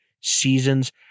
seasons